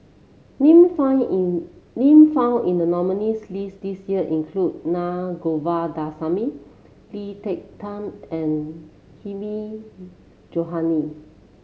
name found in name found in the nominees' list this year include Na Govindasamy Lee Ek Tieng and Hilmi Johandi